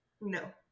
No